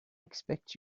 expect